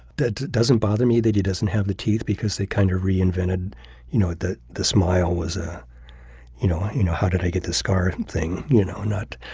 that doesn't bother me that he doesn't have the teeth because they kind of reinvented you know that the smile was ah you know you know how did i get this scar and thing. you know not